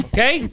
Okay